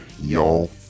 y'all